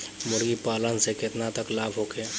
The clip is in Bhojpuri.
मुर्गी पालन से केतना तक लाभ होखे?